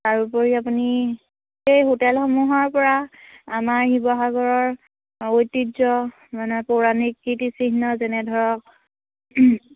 তাৰোপৰি আপুনি সেই হোটেলসমূহৰ পৰা আমাৰ শিৱসাগৰৰ ঐতিহ্য মানে পৌৰাণিক কীৰ্তিচিহ্ন যেনে ধৰক